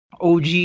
OG